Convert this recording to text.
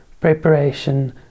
preparation